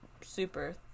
super